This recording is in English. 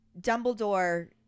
Dumbledore